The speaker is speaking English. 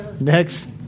Next